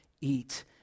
eat